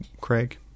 Craig